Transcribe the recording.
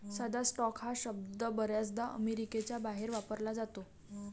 साधा स्टॉक हा शब्द बर्याचदा अमेरिकेच्या बाहेर वापरला जातो